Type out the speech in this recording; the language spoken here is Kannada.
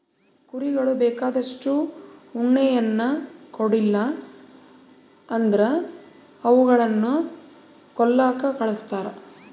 ಕುರಿಗಳು ಬೇಕಾದಷ್ಟು ಉಣ್ಣೆಯನ್ನ ಕೊಡ್ಲಿಲ್ಲ ಅಂದ್ರ ಅವುಗಳನ್ನ ಕೊಲ್ಲಕ ಕಳಿಸ್ತಾರ